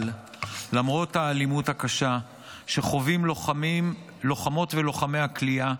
אבל למרות האלימות הקשה שחווים לוחמות ולוחמי הכליאה,